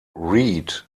reed